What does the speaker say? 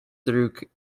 through